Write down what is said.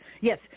Yes